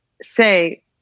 say